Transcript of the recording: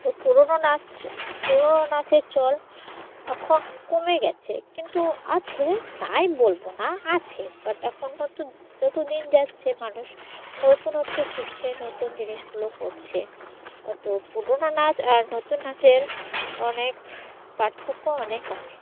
তো পুরনো নাচ পুরনো নাচের চল এখন কমে গিয়েছে কিন্তু আছে নেই বলব না আছে বাট এখন নতুন যত দিন যাচ্ছে মানুষ নতুনত্ব শিখছে নতুন জিনিসগুলো করছে তো পুরনো নাচ আর নতুন নাচের অনেক পার্থক্য অনেক আছে